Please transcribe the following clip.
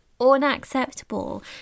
unacceptable